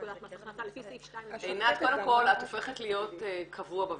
לפי סעיף 2 לפקודת מס הכנסה.